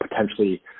potentially